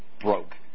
broke